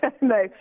no